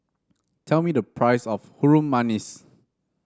tell me the price of Harum Manis